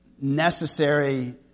necessary